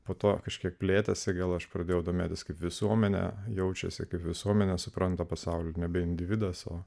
po to kažkiek plėtėsi gal aš pradėjau domėtis kaip visuomenė jaučiasi kaip visuomenė supranta pasaulį nebe individas o